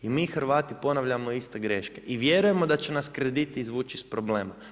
I mi Hrvati ponavljamo iste greške i vjerujemo da će nas krediti izvući iz problema.